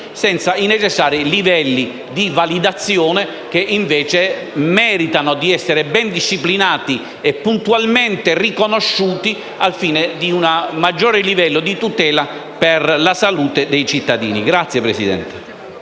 senza i necessari livelli di validazione, che invece meritano di essere ben disciplinati e puntualmente riconosciuti, al fine di un maggiore livello di tutela della salute dei cittadini.